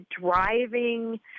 driving